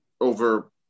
over